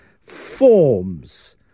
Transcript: forms